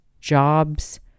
jobs